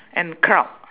and cloud